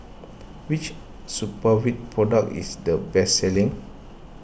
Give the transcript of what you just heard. which Supravit product is the best selling